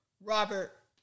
Robert